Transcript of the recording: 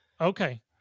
Okay